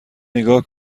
نگاه